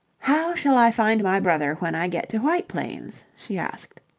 how shall i find my brother when i get to white plains? she asked.